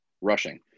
rushing